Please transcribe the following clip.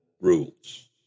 rules